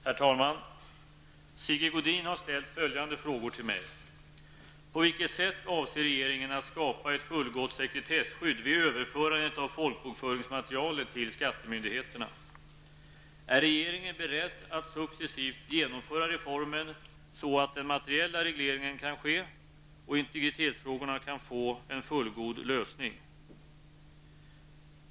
Herr talman! Sigge Godin har ställt följande frågor till mig: 2. Är regeringen beredd att successivt genomföra reformen så att den materiella regleringen kan ske och integritetsfrågorna kan få en fullgod lösning? 3.